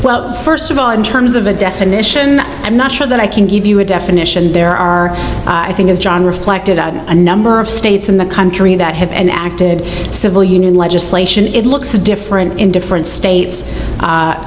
well first of all in terms of a definition i'm not sure that i can give you a definition there are i think as john reflected out a number of states in the country that have enacted civil union legislation it looks different in different states